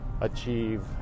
achieve